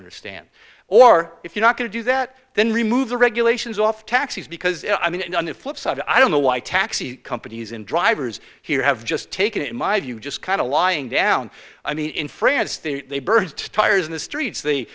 understand or if you're not going to do that then remove the regulations off taxis because i mean on the flip side i don't know why taxi companies in drivers here have just taken in my view just kind of lying down i mean in france the tires in the streets the